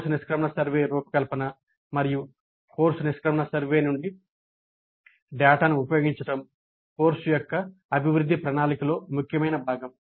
course నిష్క్రమణ survey రూపకల్పన మరియు కోర్సు నిష్క్రమణ సర్వే నుండి డేటాను ఉపయోగించడం కోర్సు యొక్క అభివృద్ధి ప్రణాళికలలో ముఖ్యమైన భాగం